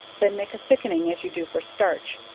then make a thickening as you do for starch,